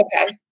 Okay